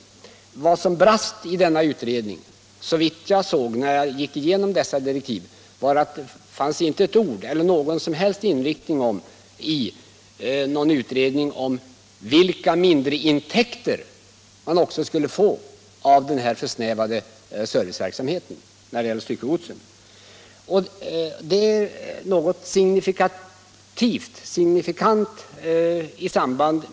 Men vad som brast i denna utredning — såvitt jag såg, när jag gick igenom direktiven — var att det inte sades någonting om vilka mindreintäkter man också skulle få av den försnävade serviceverksamheten för styckegodset. Och detta är tyvärr signifikativt för SJ.